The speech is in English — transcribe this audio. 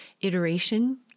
iteration